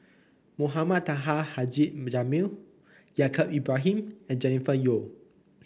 Mohamed Taha Haji Jamil Yaacob Ibrahim and Jennifer Yeo